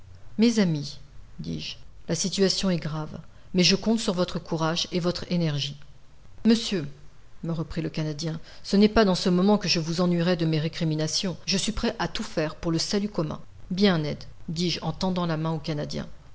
mes amis dis-je la situation est grave mais je compte sur votre courage et sur votre énergie monsieur me répondit le canadien ce n'est pas dans ce moment que je vous ennuierai de mes récriminations je suis prêt à tout faire pour le salut commun bien ned dis-je en tendant la main au canadien